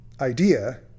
idea